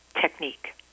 technique